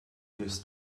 his